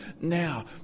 now